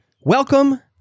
Welcome